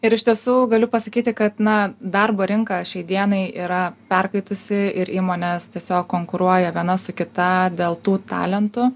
ir iš tiesų galiu pasakyti kad na darbo rinka šiai dienai yra perkaitusi ir įmonės tiesiog konkuruoja viena su kita dėl tų talentų